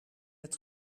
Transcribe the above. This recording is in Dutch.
het